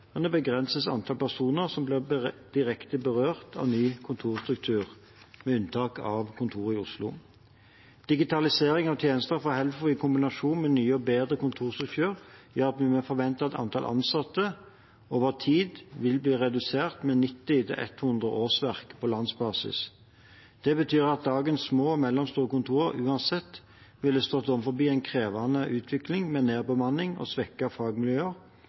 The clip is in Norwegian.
men også for de kommunene som mister noen arbeidsplasser. Ved å satse på de største kontorene begrenses antall personer som blir direkte berørt av ny kontorstruktur, med unntak av kontoret i Oslo. Digitalisering av tjenester for Helfo – i kombinasjon med ny og bedre kontorstruktur – gjør at vi må forvente at antall ansatte over tid vil bli redusert med 90–100 årsverk på landsbasis. Det betyr at dagens små og mellomstore kontorer uansett ville stått overfor en krevende utvikling, med nedbemanning og svekkede fagmiljøer